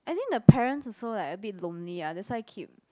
I think the parents also like a bit lonely ah that's why keep